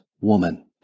Woman